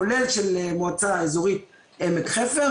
כולל של המועצה האזורית עמק חפר.